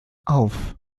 auf